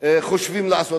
חושבים לעשות.